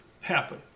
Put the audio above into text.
happen